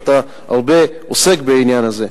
ואתה עוסק הרבה בעניין הזה,